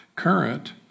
current